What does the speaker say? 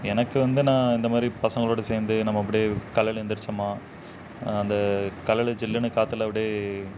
எனக்கு வந்து நான் இந்த மாதிரி பசங்களோடு சேர்ந்து நம்ம அப்படியே காலையில எழுந்திரிச்சோம்மா அந்த காலையில ஜில்லுனு காற்றுல அப்படியே